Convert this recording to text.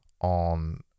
on